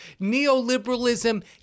neoliberalism